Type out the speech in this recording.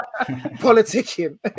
politicking